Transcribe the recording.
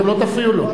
אתם לא תפריעו לו.